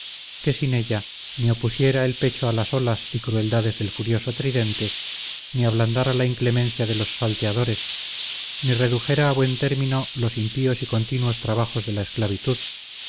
que sin ella ni opusiera el pecho a las olas y crueldades del furioso tridente ni ablandara la inclemencia de los salteadores ni redujera a buen término los impíos y continuos trabajos de la esclavitud